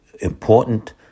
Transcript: important